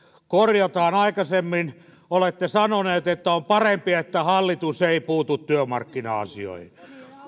korjataan aikaisemmin olette sanoneet että on parempi että hallitus ei puutu työmarkkina asioihin